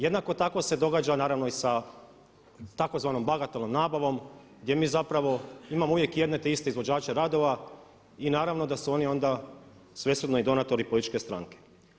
Jednako tako se događa naravno i sa tzv. bagatelnom nabavom gdje mi zapravo imamo uvijek jedne te iste izvođače radova i naravno da su oni onda svesrdno i donatori političke stranke.